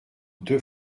deux